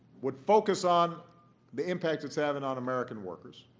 would focus on the impacts it's having on american workers,